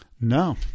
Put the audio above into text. No